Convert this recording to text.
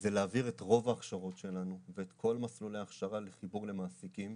זה להעביר את רוב ההכשרות שלנו ואת כל מסלולי ההכשרה לחיבור למעסיקים.